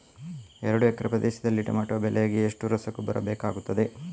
ಎರಡು ಎಕರೆ ಪ್ರದೇಶದಲ್ಲಿ ಟೊಮ್ಯಾಟೊ ಬೆಳೆಗೆ ಎಷ್ಟು ರಸಗೊಬ್ಬರ ಬೇಕಾಗುತ್ತದೆ?